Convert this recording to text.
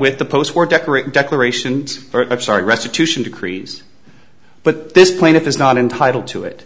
with the post war decorate declaration of start restitution decrees but this plaintiff is not entitled to it